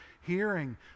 hearing